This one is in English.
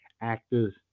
actors